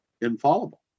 infallible